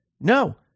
No